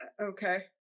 okay